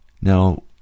Now